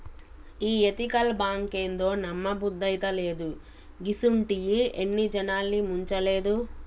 ఈ ఎతికల్ బాంకేందో, నమ్మబుద్దైతలేదు, గిసుంటియి ఎన్ని జనాల్ని ముంచలేదు